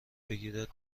بگیرد